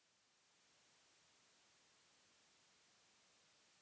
पानी के कउनो आपन रंग नाही होला